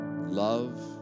love